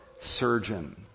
surgeon